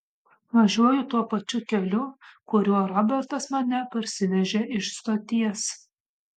važiuoju tuo pačiu keliu kuriuo robertas mane parsivežė iš stoties